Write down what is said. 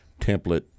template